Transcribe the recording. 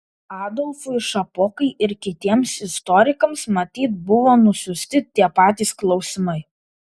adolfui šapokai ir kitiems istorikams matyt buvo nusiųsti tie patys klausimai